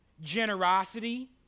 generosity